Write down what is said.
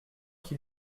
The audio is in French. qui